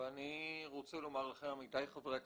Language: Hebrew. ואני רוצה לומר לכם עמיתי חברי הכנסת,